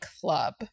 Club